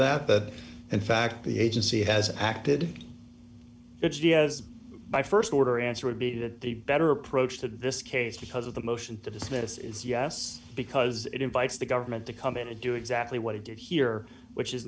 that that in fact the agency has acted it's yes by st order answer would be that the better approach to this case because of the motion to dismiss is yes because it invites the government to come in and do exactly what he did here which is